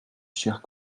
chers